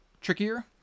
trickier